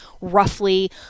roughly